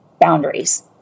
boundaries